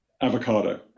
Avocado